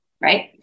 right